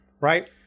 right